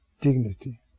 Dignity